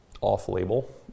off-label